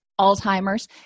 Alzheimer's